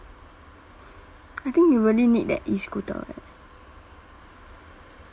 I think you really need that E-scooter eh